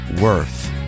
worth